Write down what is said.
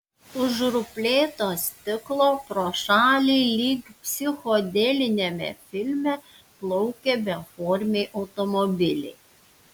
už ruplėto stiklo pro šalį lyg psichodeliniame filme plaukė beformiai automobiliai